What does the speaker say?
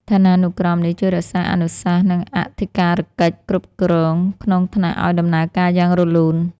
ឋានានុក្រមនេះជួយរក្សាអនុសាសន៍ និងអធិការកិច្ចគ្រប់គ្រងក្នុងថ្នាក់ឱ្យដំណើរការយ៉ាងរលូន។